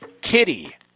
Kitty